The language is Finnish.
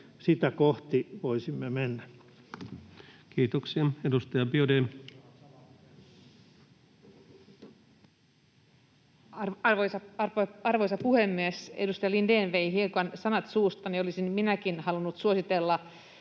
Sitä kohti voisimme mennä. Kiitoksia. — Edustaja Biaudet. Arvoisa puhemies! Edustaja Lindén vei hiukan sanat suustani. Minäkin olisin halunnut suositella